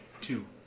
two